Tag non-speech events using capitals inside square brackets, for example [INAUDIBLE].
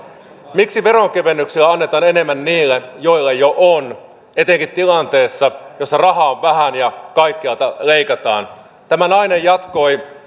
miksi veronkevennyksiä annetaan enemmän niille joilla jo on etenkin tilanteessa jossa rahaa on vähän ja kaikkialta leikataan tämä nainen jatkoi [UNINTELLIGIBLE]